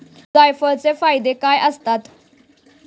जायफळाचे फायदे काय असतात?